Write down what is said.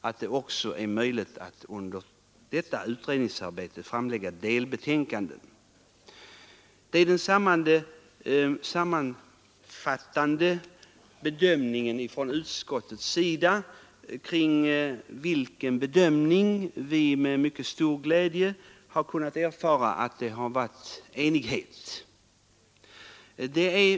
Utredningen bör här liksom i fråga om utredningsområdet i övrigt ha möjlighet att lägga fram delbetänkanden.” Detta är den sammanfattande bedömningen från utskottets sida, och vi har med mycket stor glädje kunnat notera att det råder enighet kring den.